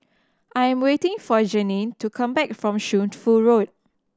I am waiting for Janene to come back from Shunfu Road